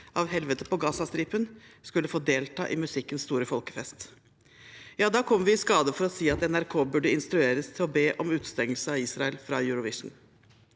av helvetet på Gazastripen, skulle få delta i musikkens store folkefest, da kom vi i skade for å si at NRK burde instrueres til å be om utestengelse av Israel fra Eurovision.